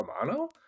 Romano